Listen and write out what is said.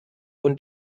und